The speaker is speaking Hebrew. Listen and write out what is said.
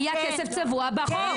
היה כסף צבוע בחוק.